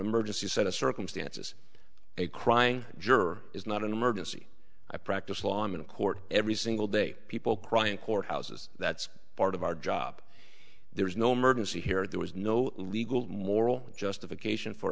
emergency set of circumstances a crying juror is not an emergency i practiced law i'm in court every single day people cry in court houses that's part of our job there is no murders here there was no legal moral justification for